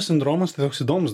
sindromas įdomus